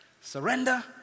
Surrender